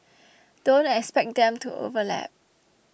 don't expect them to overlap